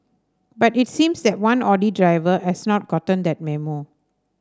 but it seems that one Audi driver has not gotten that memo